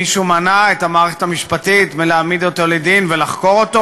מישהו מנע את המערכת המשפטית מלהעמיד אותו לדין ולחקור אותו?